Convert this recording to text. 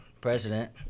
president